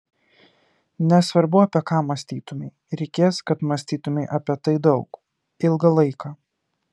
nesvarbu apie ką mąstytumei reikės kad mąstytumei apie tai daug ilgą laiką